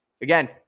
again